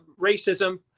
racism